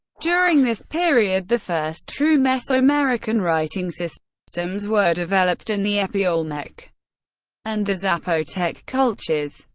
during this period the first true mesoamerican writing systems were developed in the epi-olmec and the zapotec cultures.